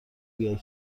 بیای